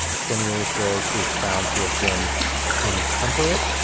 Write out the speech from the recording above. cornelius rhoads is found to have been intemperate,